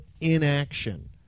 inaction